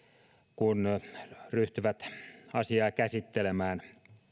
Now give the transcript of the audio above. kun ryhtyvät asiaa käsittelemään